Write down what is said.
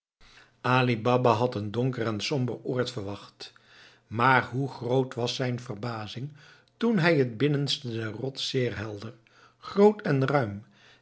baba had een donker en somber oord verwacht maar hoe groot was zijn verbazing toen hij het binnenste der rots zeer helder groot en ruim